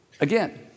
Again